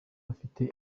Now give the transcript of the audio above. afite